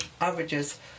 Averages